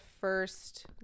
first